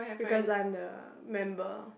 because I'm the member